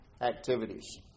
activities